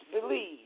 believe